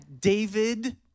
David